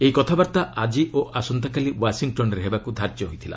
ଏହି କଥାବାର୍ତ୍ତା ଆକି ଓ ଆସନ୍ତାକାଲି ୱାଶିଂଟନ୍ରେ ହେବାକୁ ଧାର୍ଯ୍ୟ ହୋଇଥିଲା